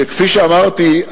שכפי שאמרתי,